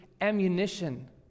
ammunition